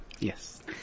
Yes